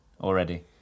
already